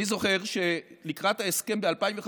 אני זוכר שלקראת ההסכם ב-2015,